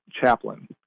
chaplain